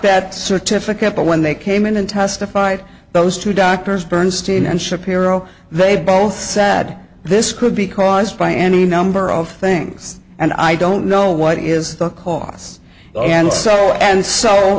that certificate but when they came in and testified those two doctors bernstein and shapiro they both sad this could be caused by any number of things and i don't know what is the cost and so and so